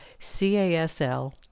CASL